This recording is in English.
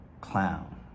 clown